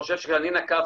אבל אני חושב שאני נקבתי